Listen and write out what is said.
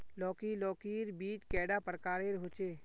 लौकी लौकीर बीज कैडा प्रकारेर होचे?